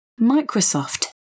Microsoft